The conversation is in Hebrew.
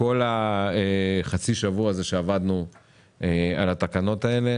כל חצי השבוע שעבדנו על התקנות האלה,